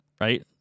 right